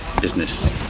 business